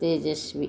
तेजस्वी